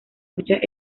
muchas